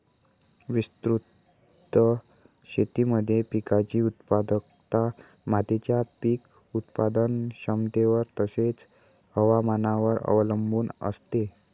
विस्तृत शेतीमध्ये पिकाची उत्पादकता मातीच्या पीक उत्पादन क्षमतेवर तसेच, हवामानावर अवलंबून असते